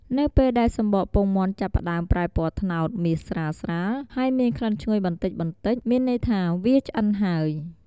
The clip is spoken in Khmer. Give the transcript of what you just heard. នៅពេលដែលសំបកពងមាន់ចាប់ផ្តើមប្រែពណ៌ត្នោតមាសស្រាលៗ ហើយមានក្លិនឈ្ងុយបន្តិចៗ មានន័យថាវាឆ្អិនហើយ។